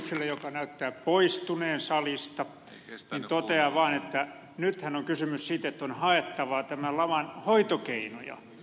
zyskowiczille joka näyttää poistuneen salista totean vaan että nythän on kysymys siitä että on haettava tämän laman hoitokeinoja